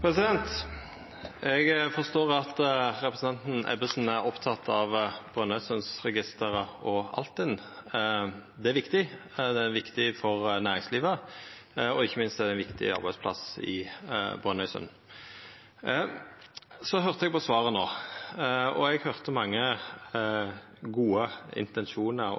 Brønnøysund. Eg forstår at representanten Ebbesen er oppteken av Brønnøysundregistra og Altinn. Dette er viktig – det er viktig for næringslivet, og ikkje minst er det ein viktig arbeidsplass i Brønnøysund. Eg høyrde svaret hennar nettopp, og eg høyrde mange gode intensjonar